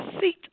seat